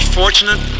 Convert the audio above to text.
fortunate